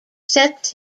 sets